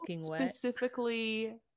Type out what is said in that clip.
specifically